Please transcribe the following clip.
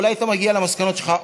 אולי היא הייתה מגיעה למסקנות שלך.